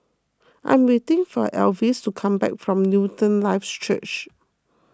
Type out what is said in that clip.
I'm waiting for Elvis to come back from Newton lives Church